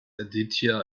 aditya